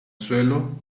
suelo